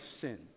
sin